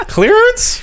Clearance